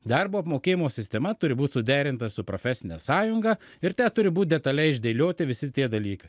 darbo apmokėjimo sistema turi būt suderinta su profesine sąjunga ir te turi būt detaliai išdėlioti visi tie dalykai